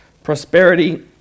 prosperity